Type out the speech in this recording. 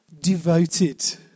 devoted